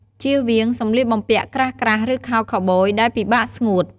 ជៀសវាងសម្លៀកបំពាក់ក្រាស់ៗ ឬខោខៅប៊យដែលពិបាកស្ងួត។